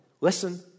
Listen